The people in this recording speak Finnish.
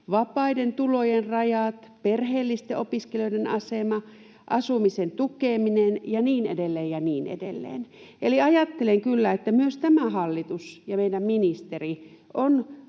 vapaiden tulojen rajat, perheellisten opiskelijoiden asema, asumisen tukeminen ja niin edelleen ja niin edelleen. Eli ajattelen, että myös tämä hallitus ja meidän ministeri